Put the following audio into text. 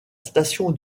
station